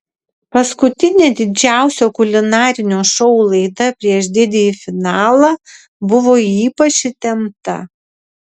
paskutinė didžiausio kulinarinio šou laida prieš didįjį finalą buvo ypač įtempta